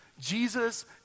Jesus